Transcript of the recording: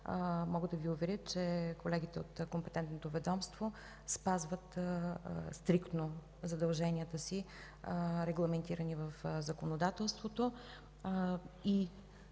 Мога да Ви уверя, че колегите от компетентното ведомство спазват стриктно задълженията си, регламентирани в законодателството, и